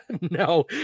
No